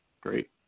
Great